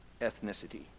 ethnicity